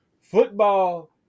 football